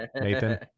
nathan